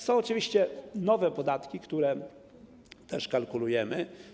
Są oczywiście nowe podatki, które też kalkulujemy.